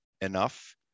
enough